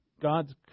God's